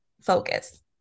focus